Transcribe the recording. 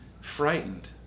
frightened